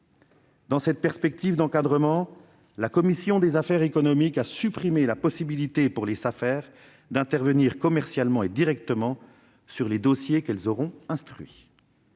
Dans cette perspective d'encadrement, la commission des affaires économiques a supprimé la possibilité pour les Safer d'intervenir commercialement et directement sur les dossiers qu'elles auront instruits.